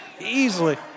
easily